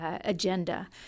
agenda